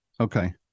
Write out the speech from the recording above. Okay